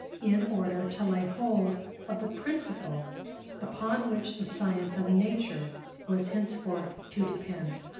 in order to lay hold of the principle upon which the science of nature was henceforth to depend.